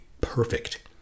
perfect